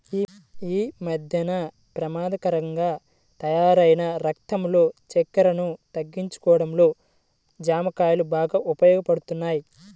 యీ మద్దెన పెమాదకరంగా తయ్యారైన రక్తంలో చక్కెరను తగ్గించడంలో జాంకాయలు బాగా ఉపయోగపడతయ్